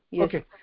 Okay